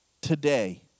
today